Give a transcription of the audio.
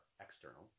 external